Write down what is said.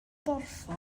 borffor